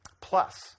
Plus